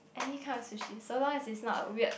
any kind of sushi so long as it's not weird